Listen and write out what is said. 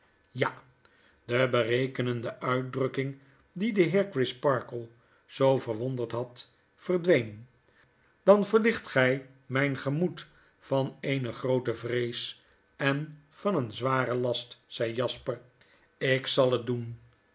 ja de berekenende uitdrukking die den heer crisparkle zoo verwonderd had verdween dan verlicht gy mrjn gemoed van eene groote vrees en een zwaren last zei jasper lk zal het doen